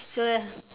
so